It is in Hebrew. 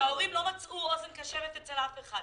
שההורים לא מצאו אוזן קשבת אצל אף אחד.